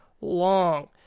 long